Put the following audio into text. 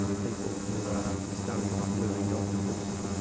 people who are stung by blue-ringed octopus,